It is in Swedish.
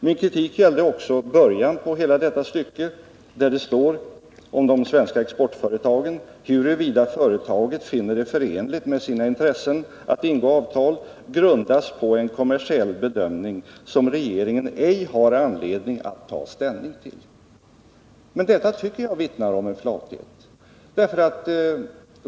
Min kritik gällde också början på hela detta stycke, där det sägs om de svenska exportföretagen: ”Huruvida företaget finner det förenligt med sina intressen att ingå avtal grundas på en kommersiell bedömning som regeringen ej har anledning att ta ställning till.” Detta tycker jag vittnar om flathet.